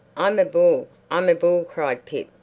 i'm a bull, i'm a bull! cried pip.